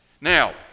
Now